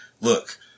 Look